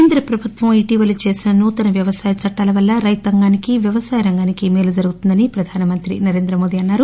కేంద్ర ప్రభుత్వం ఇటీవల చేసిన నూతన వ్యవసాయ చట్టాల వలన రైతాంగానికి వ్యవసాయ రంగానికి మేలు జరుగుతుందని ప్రధానమంత్రి నరేంద్ర మోడీ అన్నారు